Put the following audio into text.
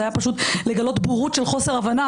זה היה פשוט לגלות בורות של חוסר הבנה